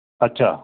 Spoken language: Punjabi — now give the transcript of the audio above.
ਅੱਛਾ